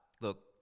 look